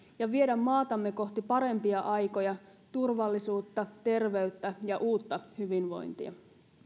ja viedä maatamme kohti parempia aikoja turvallisuutta terveyttä ja uutta hyvinvointia